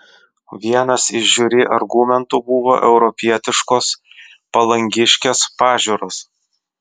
vienas iš žiuri argumentų buvo europietiškos palangiškės pažiūros